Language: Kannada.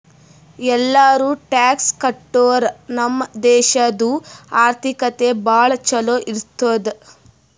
ಎಲ್ಲಾರೂ ಟ್ಯಾಕ್ಸ್ ಕಟ್ಟುರ್ ನಮ್ ದೇಶಾದು ಆರ್ಥಿಕತೆ ಭಾಳ ಛಲೋ ಇರ್ತುದ್